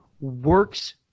works